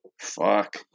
Fuck